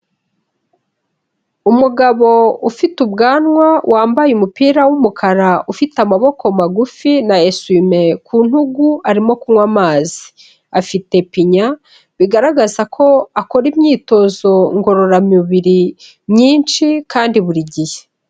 Umugabo ufite ubwanwa wambaye umupira w'umukara ufite amaboko magufi na eswime ku ntugu arimo kunywa amazi, afite pinya bigaragaza ko akora imyitozo ngororamubiri myinshi kandi buri gihe.